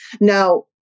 Now